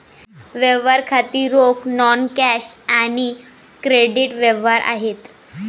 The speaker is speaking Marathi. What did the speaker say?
व्यवहार खाती रोख, नॉन कॅश आणि क्रेडिट व्यवहार आहेत